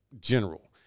general